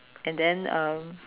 and then um